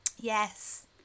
Yes